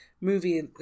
movie